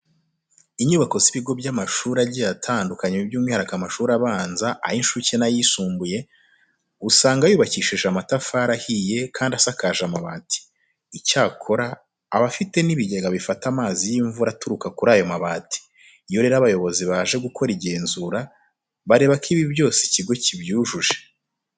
Inyubako z'ibigo by'amashuri agiye atandukanye by'umwihariko amashuri abanza, ay'incuke n'ayisumbuye usanga aba yubakishije amatafari ahiye kandi anasakaje amabati. Icyakora aba afite n'ibigega bifata amazi y'imvura aturuka kuri ayo mabati. Iyo rero abayobozi baje gukora igenzura bareba ko ibi byose ikigo kibyujuje.